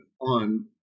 on